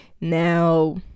Now